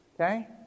okay